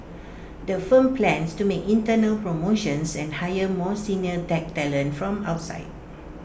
the firm plans to make internal promotions and hire more senior tech talent from outside